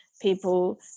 people